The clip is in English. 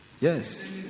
Yes